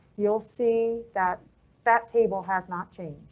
you'll see that that table has not changed,